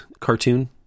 cartoon